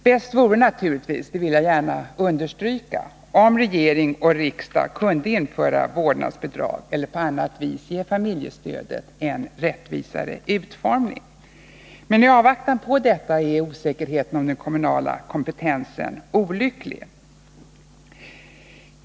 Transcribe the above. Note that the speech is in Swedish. Bäst vore naturligtvis — det vill jag gärna understryka — om regering och riksdag kunde införa vårdnadsbidrag eller på annat vis ge familjestödet en rättvisare utformning. Men i avvaktan på detta är osäkerheten om den kommunala kompetensen olycklig.